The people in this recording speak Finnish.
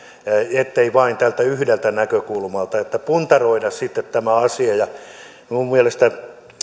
ei vain tältä yhdeltä näkökulmalta ja puntaroida sitten asiaa minun mielestäni